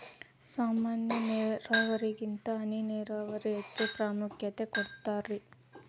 ಸಾಮಾನ್ಯ ನೇರಾವರಿಗಿಂತ ಹನಿ ನೇರಾವರಿಗೆ ಹೆಚ್ಚ ಪ್ರಾಮುಖ್ಯತೆ ಕೊಡ್ತಾರಿ